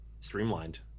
streamlined